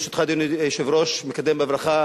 ברשותך, אדוני היושב-ראש, אני מקדם בברכה